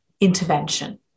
intervention